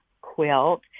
quilt